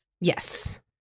yes